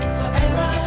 forever